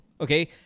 Okay